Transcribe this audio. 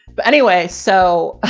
but anyway, so